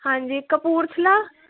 ਹਾਂਜੀ ਕਪੂਰਥਲਾ